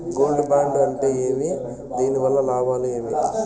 Gold bond అంటే ఏమి? దీని వల్ల లాభాలు ఏమి?